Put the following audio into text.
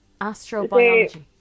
Astrobiology